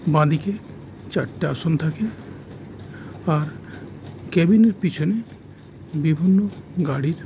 বাঁদিকে চারটে আসন থাকে আর ক্যাবিনের পিছনে বিভিন্ন গাড়ির